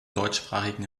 deutschsprachigen